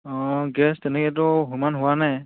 অঁ গেছ তেনেকৈতো সিমান হোৱা নাই